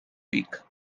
week